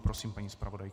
Prosím, paní zpravodajko.